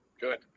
Good